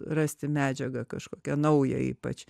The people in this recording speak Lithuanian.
rasti medžiagą kažkokią naują ypač